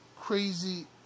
crazy